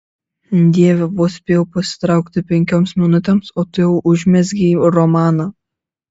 dieve vos spėjau pasitraukti penkioms minutėms o tu jau užmezgei romaną